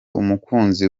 umukunzi